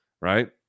right